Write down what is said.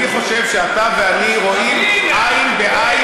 אני חושב שאתה ואני רואים עין בעין,